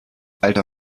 alter